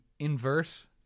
invert